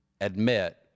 Admit